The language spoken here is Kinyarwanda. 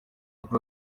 kuri